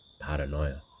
paranoia